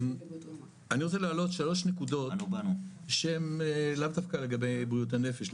אני רוצה להעלות שלוש נקודות שהן לאו דווקא לגבי בריאות הנפש,